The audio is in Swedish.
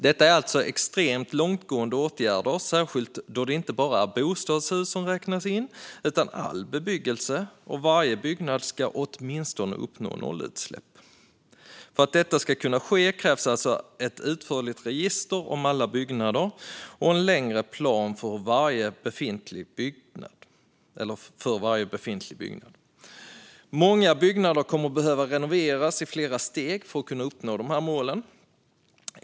Detta är extremt långtgående åtgärder, särskilt med tanke på att det inte bara är bostadshus som räknas in utan all bebyggelse och att varje byggnad ska uppnå åtminstone nollutsläpp. För att detta ska kunna ske krävs alltså ett utförligt register över alla byggnader och en längre plan för varje befintlig byggnad. Många byggnader kommer att behöva renoveras i flera steg för att kunna uppnå målen.